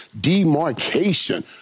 demarcation